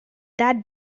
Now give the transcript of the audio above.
that